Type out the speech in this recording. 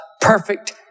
perfect